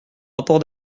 rapport